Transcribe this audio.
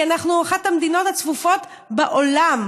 כי אנחנו אחת המדינות הצפופות בעולם,